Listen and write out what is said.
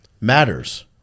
matters